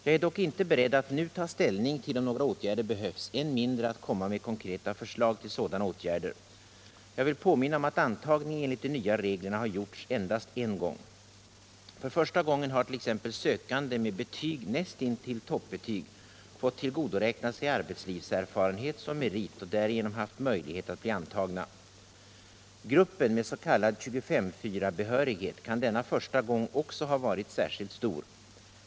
Jag är dock inte beredd att nu ta ställning till om några åtgärder behövs, än mindre att komma med konkreta förslag till sådana åtgärder. Jag vill påminna om att antagning enligt de nya reglerna har gjorts endast en gång. För första gången har t.ex. sökande med betyg nästintill toppbetyg fått tillgodoräkna sig arbetslivserfarenhet som merit och därigenom haft möjlighet att bli antagna. Gruppen med s.k. 25:4-behörighet kan denna första gång också ha varit särskilt stor.